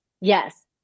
Yes